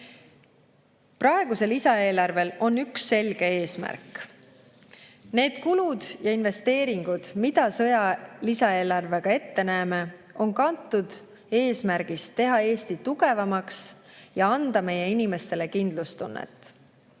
Praegusel lisaeelarvel on üks selge eesmärk. Need kulud ja investeeringud, mida me sõjaaja lisaeelarvega ette näeme, on kantud eesmärgist teha Eesti tugevamaks ja anda meie inimestele kindlustunnet.